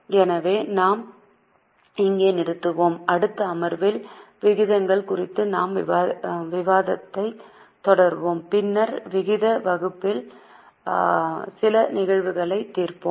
எனவே நாம் இங்கே நிறுத்துவோம் அடுத்த அமர்வில் விகிதங்கள் குறித்த நம் விவாதத்தைத் தொடர்வோம் பின்னர் விகித பகுப்பாய்வில் சில நிகழ்வுகளைத் தீர்ப்போம்